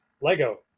Lego